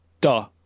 Duh